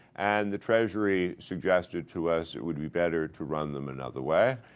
and the treasury suggested to us it would be better to run them another way.